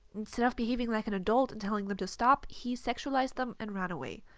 instead of behaving like an adult and telling them to stop, he sexualized them and ran away.